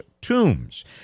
tombs